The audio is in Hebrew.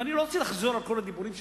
ואני לא רוצה לחזור על כל הדיבורים פה,